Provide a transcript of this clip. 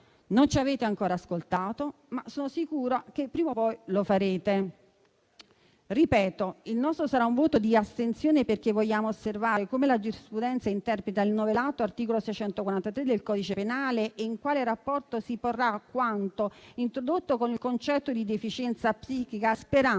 Non ci avete ancora ascoltato, ma sono sicura che prima o poi lo farete. Ripeto che il nostro sarà un voto di astensione, perché vogliamo osservare come la giurisprudenza interpreta il novellato articolo 643 del codice penale e in quale rapporto si porrà quanto introdotto con il concetto di deficienza psichica, sperando